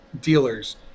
dealers